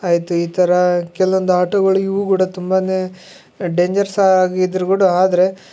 ಆಯಿತು ಈ ಥರಾ ಕೆಲವೊಂದಾಟಗಳು ಇವು ಕೂಡ ತುಂಬಾನೇ ಡೇಂಜರ್ಸ ಆಗಿದ್ದರೂ ಕೂಡ ಆದರೆ